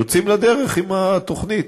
יוצאים לדרך עם התוכנית.